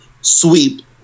Sweep